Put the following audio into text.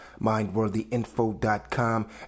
MindworthyInfo.com